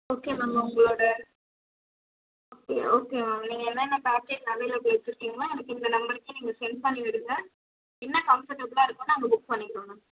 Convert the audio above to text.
okay ma'am உங்களோடய okay okay ma'am நீங்கள் என்னென்ன பேக்கேஜ் அவைலபிள் வச்சுருக்கீங்களோ எனக்கு இந்த நம்பருக்கே நீங்கள் சென்ட் பண்ணி விடுங்க என்ன கம்ஃபர்டபிளாக இருக்கோ நாங்கள் புக் பண்ணிக்கிறோம் மேம்